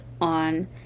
on